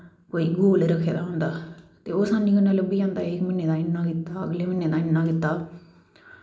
कोई गोल रक्खे दा होंदा ते ओह् आसानी कन्नै लब्भी जंदा इस म्हीने दा इन्ना कीता अगले म्हीने दा इन्ना कीता